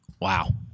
Wow